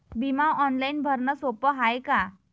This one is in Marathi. बिमा ऑनलाईन भरनं सोप हाय का?